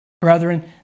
Brethren